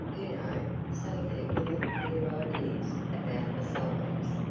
you know, some people have queer ideas about asylums.